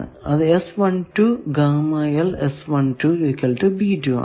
അത് ആണ്